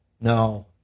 No